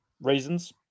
reasons